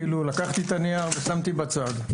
לקחתי את הנייר ושמתי בצד.